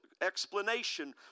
explanation